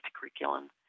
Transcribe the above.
curriculum